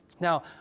Now